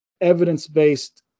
evidence-based